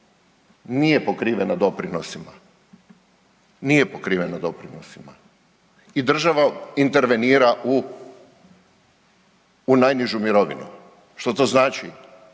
Nije pokrivena doprinosima, nije pokrivena doprinosima i država intervenira u, u najnižu mirovinu. Što to znači?